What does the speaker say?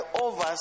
over